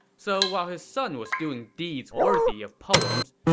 so while his son was doing deeds worthy of poems,